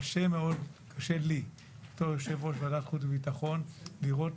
קשה לי בתור יושב-ראש ועדת החוץ והביטחון, לראות